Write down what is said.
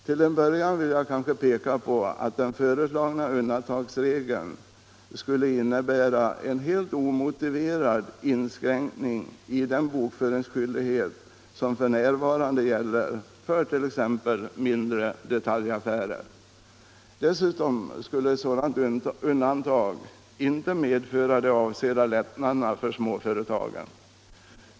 Till en början vill jag peka på att den föreslagna undantagsregeln skulle innebära en helt omotiverad inskränkning i den bokföringsskyldighet som f. n. gäller för t.ex. mindre detaljaffärer. Dessutom skulle ett sådant undantag inte medföra de avsedda lättnaderna för småföretagen.